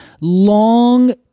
long